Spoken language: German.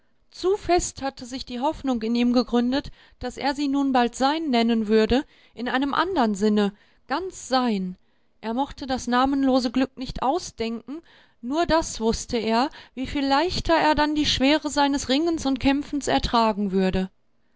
zu fest hatte sich die hoffnung in ihm gegründet daß er sie nun bald sein nennen würde in einem andern sinne ganz sein er mochte das namenlose glück nicht ausdenken nur das wußte er wie viel leichter er dann die schwere seines ringens und kämpfens ertragen würde